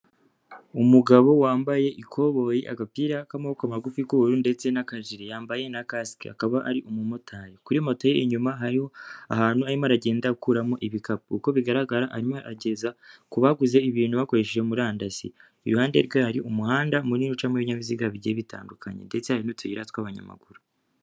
Umugabo wambaye ikoboyi, agapira k'amaboko magufi, k'ubururu ndetse n'akajiri, yambaye na kasike. Akaba ari umumotari, kuri moto ye inyuma hariyo ahantu arimo aragenda akuramo ibikapu, uko bigaragara arimo arageza ku baguze ibintu bakoresheje murandasi, iruhande rwe hari umuhanda munini ucamo ibinyabiziga bigiye bitandukanye, ndetse hari n'utuyira tw'abanyamaguru.